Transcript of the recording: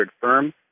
firm